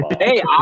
Hey